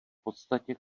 podstatě